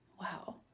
Wow